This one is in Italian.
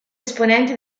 esponente